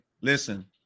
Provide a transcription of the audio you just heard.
listen